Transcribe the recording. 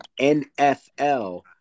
NFL